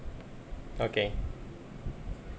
okay